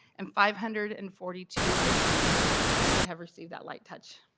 and five hundred and forty two businesses that have received that light touch.